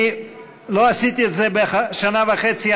אני לא עשיתי את זה שנה וחצי,